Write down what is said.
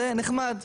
זה נחמד,